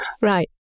Right